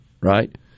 right